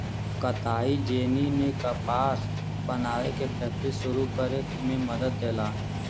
कताई जेनी ने कपास बनावे के फैक्ट्री सुरू करे में मदद करला